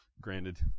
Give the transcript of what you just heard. Granted